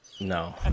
No